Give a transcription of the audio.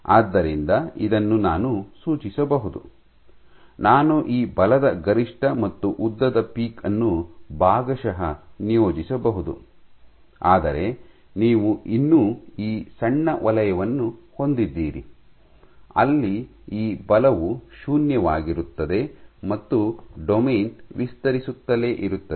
ಆದ್ದರಿಂದ ಇದನ್ನು ನಾನು ಸೂಚಿಸಬಹುದು ನಾನು ಈ ಬಲದ ಗರಿಷ್ಠ ಮತ್ತು ಉದ್ದದ ಪೀಕ್ ಅನ್ನು ಭಾಗಶಃ ನಿಯೋಜಿಸಬಹುದು ಆದರೆ ನೀವು ಇನ್ನೂ ಈ ಸಣ್ಣ ವಲಯವನ್ನು ಹೊಂದಿದ್ದೀರಿ ಅಲ್ಲಿ ಈ ಬಲವು ಶೂನ್ಯವಾಗಿರುತ್ತದೆ ಮತ್ತು ಡೊಮೇನ್ ವಿಸ್ತರಿಸುತ್ತಲೇ ಇರುತ್ತದೆ